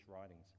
writings